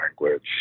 language